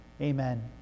Amen